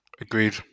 Agreed